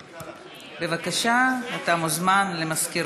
בבקשה, אתה מוזמן למזכירות.